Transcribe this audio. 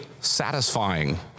satisfying